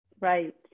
Right